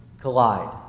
collide